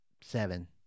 seven